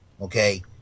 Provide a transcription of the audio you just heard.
Okay